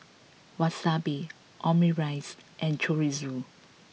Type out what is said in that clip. Wasabi Omurice and Chorizo